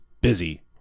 busy